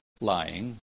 lying